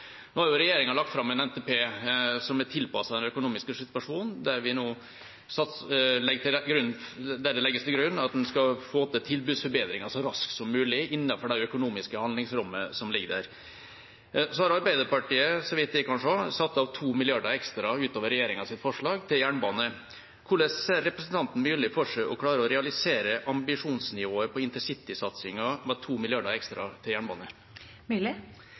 Nå har regjeringa lagt fram en NTP som er tilpasset den økonomiske situasjonen, der det legges til grunn at man skal få til tilbudsforbedringer så raskt som mulig innenfor det økonomiske handlingsrommet som ligger der. Arbeiderpartiet har, så vidt jeg kan se, satt av 2 mrd. kr ekstra utover regjeringas forslag til jernbane. Hvordan ser representanten Myrli for seg å klare å realisere ambisjonsnivået på intercitysatsingen med 2 mrd. kr ekstra til